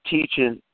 teaching